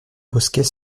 bosquet